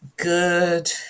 good